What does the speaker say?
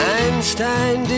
Einstein